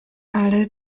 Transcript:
ale